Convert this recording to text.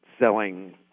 selling